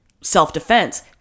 self-defense